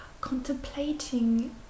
contemplating